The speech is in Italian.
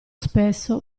spesso